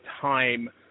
time